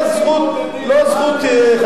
לא זכות,